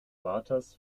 vaters